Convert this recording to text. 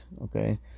okay